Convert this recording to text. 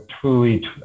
truly